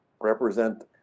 represent